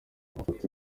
amafoto